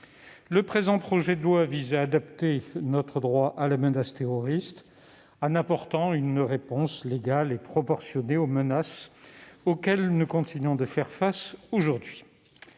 Le présent projet de loi vise à adapter notre droit à la menace terroriste en apportant une réponse légale et proportionnée aux menaces auxquelles nous continuons de faire face aujourd'hui.